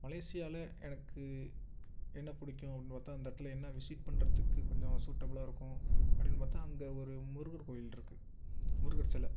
மலேசியாவில எனக்கு என்ன பிடிக்கும் அப்படின்னு பார்த்தா அந்த இடத்துல என்ன விசிட் பண்ணுறத்துக்கு கொஞ்சம் சூட்டபுலாக இருக்கும் அப்படின்னு பார்த்தா அங்கே ஒரு முருகர் கோயிலிருக்கு முருகர் சில